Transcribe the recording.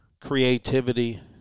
creativity